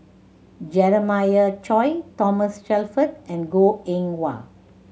Jeremiah Choy Thomas Shelford and Goh Eng Wah